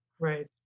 Right